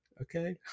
Okay